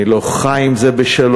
אני לא חי עם זה בשלום,